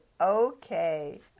Okay